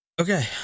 Okay